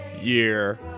year